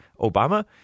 Obama